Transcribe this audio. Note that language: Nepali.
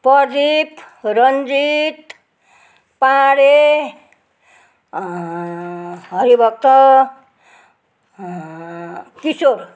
प्रदीप रन्जीत पाँडे हरिभक्त किशोर